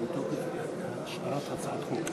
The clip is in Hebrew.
אני